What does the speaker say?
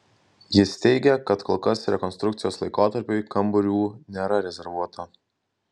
jis teigia kad kol kas rekonstrukcijos laikotarpiui kambarių nėra rezervuota